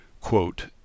Quote